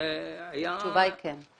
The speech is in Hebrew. התשובה היא כן.